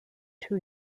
two